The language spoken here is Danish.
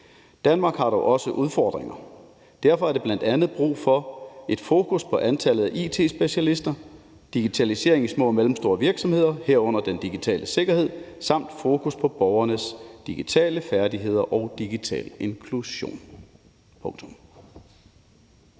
Danmark har dog også udfordringer. Derfor er der bl.a. brug for et fokus på antallet af it-specialister, digitalisering i små og mellemstore virksomheder, herunder den digitale sikkerhed, samt fokus på borgernes digitale færdigheder og digital inklusion.«